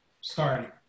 starting